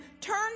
turn